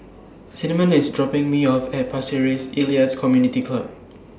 Cinnamon IS dropping Me off At Pasir Ris Elias Community Club